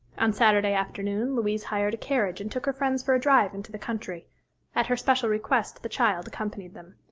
on saturday afternoon louise hired a carriage and took her friends for a drive into the country at her special request the child accompanied them.